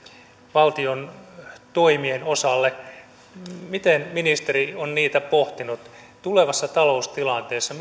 valtion toimien osalle miten ministeri on niitä pohtinut millä tavalla tulevassa taloustilanteessa